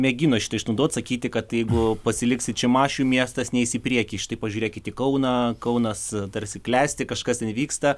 mėgino šitą išnaudot sakyti kad jeigu pasiliksit šimašių miestas neis į priekį štai pažiūrėkit į kauną kaunas tarsi klesti kažkas ten vyksta